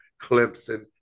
Clemson